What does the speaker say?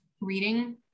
reading